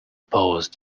oppose